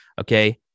Okay